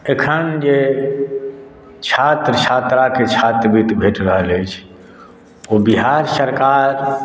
अखन जे छात्र छात्राके छात्रवृति भेटि रहल अछि ओ बिहार सरकार